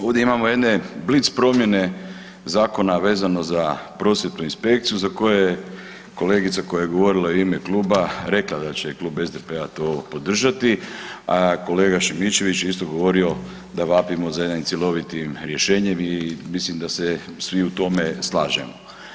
Ovdje imamo jedne blic promjene zakona vezano za prosvjetnu inspekciju za koje je kolegica koja je govorila u ime kluba, rekla da će klub SDP-a to podržati a kolega Šimičević je isti govorio da vapimo za jednim cjelovitim rješenjem i mislim da se svi u tome slažemo.